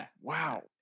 Wow